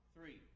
three